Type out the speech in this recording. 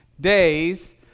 days